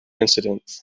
incident